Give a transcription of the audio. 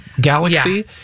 galaxy